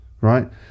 right